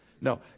No